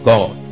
God